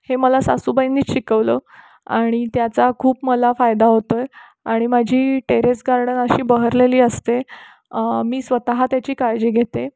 हे मला सासूबाईंनीच शिकवलं आणि त्याचा खूप मला फायदा होतो आहे आणि माझी टेरेस गार्डन अशी बहरलेली असते मी स्वतः त्याची काळजी घेते